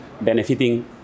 benefiting